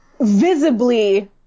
visibly